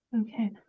Okay